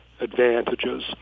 advantages